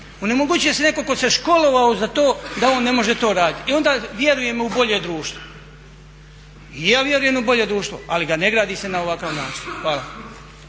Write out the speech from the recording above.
onemogućuje se neko ko se školovao za to da on ne može to raditi, e onda vjerujemo u bolje društvo. I ja vjerujem u bolje društvo ali ga se ne gradi na ovakav način. Hvala.